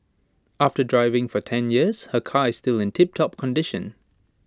after driving for ten years her car is still in tiptop condition